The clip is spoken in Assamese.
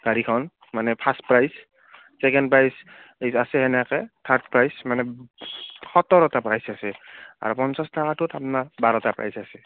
গাড়ীখন মানে ফাৰ্ষ্ট প্ৰাইজ ছেকেণ্ড প্ৰাইজ আছে এনেকৈ থাৰ্ড প্ৰাইজ মানে সোতৰটা প্ৰাইজ আছে আৰু পঞ্চাছ টকাটোত আপোনাৰ বাৰটা প্ৰাইজ আছে